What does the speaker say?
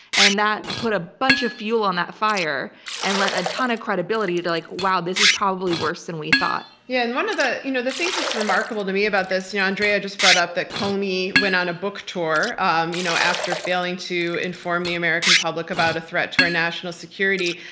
and that put a bunch of fuel on that fire and lent a ton of credibility to like, wow, this is probably worse than we thought. yeah, and one of the you know the things that's remarkable to me about this, yeah andrea just brought up that comey went on a book tour um you know after failing to inform the american public about a threat to our national security,